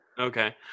Okay